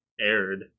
aired